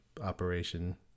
operation